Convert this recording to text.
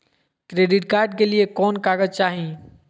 Credit card के लिए कौन कागज चाही?